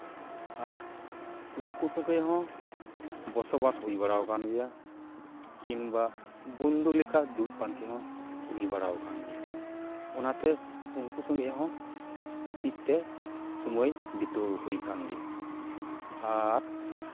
ᱟᱨ ᱩᱱᱠᱩ ᱥᱚᱸᱜᱮᱜ ᱦᱚᱸ ᱵᱚᱥᱚᱼᱵᱟᱥ ᱦᱩᱭ ᱵᱟᱲᱟᱣ ᱠᱟᱱ ᱜᱮᱭᱟ ᱠᱤᱢᱵᱟ ᱵᱚᱱᱫᱷᱩ ᱞᱮᱠᱟ ᱫᱩᱲᱩᱵ ᱯᱟᱱᱛᱮ ᱦᱚᱸ ᱦᱩᱭ ᱵᱟᱲᱟᱣ ᱠᱟᱱ ᱜᱮᱭᱟ ᱚᱱᱟᱛᱮ ᱩᱱᱠᱩ ᱥᱚᱸᱜᱮᱜ ᱦᱚᱸ ᱢᱤᱫᱛᱮ ᱥᱚᱢᱚᱭ ᱵᱤᱛᱟᱹᱣ ᱦᱩᱭ ᱠᱟᱱ ᱜᱮᱭᱟ ᱟᱨ